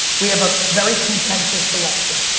we have a very contentious election.